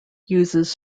uses